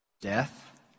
death